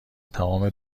تمام